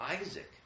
isaac